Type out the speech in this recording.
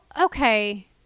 okay